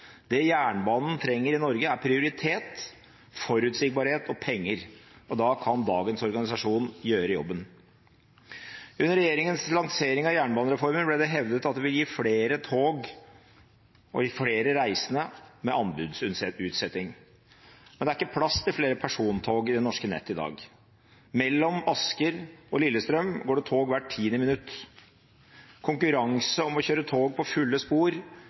Det jernbanen trenger i Norge, er prioritet, forutsigbarhet og penger, og da kan dagens organisasjon gjøre jobben. Under regjeringens lansering av jernbanereformen ble det hevdet at det vil gi flere tog og gi flere reisende med anbudsutsetting, men det er ikke plass til flere persontog i det norske nettet i dag. Mellom Asker og Lillestrøm går det tog hvert tiende minutt. Konkurranse om å kjøre tog på fulle spor